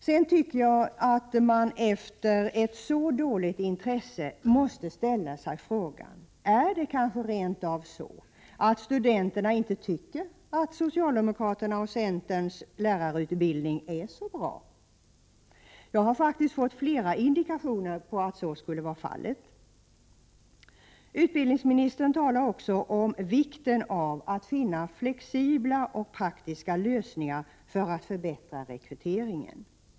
Jag tycker också att man efter ett så dåligt intresse måste ställa sig frågan om det kanske rent av är så att studenterna inte tycker att socialdemokraternas och centerns lärarutbildning är så bra. Jag har faktiskt fått flera indikationer på att så skulle vara fallet. Utbildningsministern talar också om vikten av att finna flexibla och praktiska lösningar för att förbättra rekryteringen.